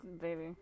baby